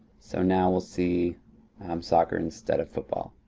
so now we'll see um soccer instead of football.